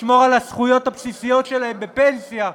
לשמור על הזכויות הבסיסיות שלהם בפנסיה.